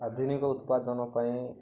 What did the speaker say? ଆଧୁନିକ ଉତ୍ପାଦନ ପାଇଁ